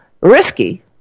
Risky